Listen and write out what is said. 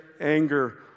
anger